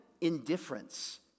indifference